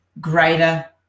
greater